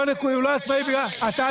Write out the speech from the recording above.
75 שנה